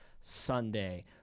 Sunday